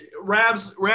Rab's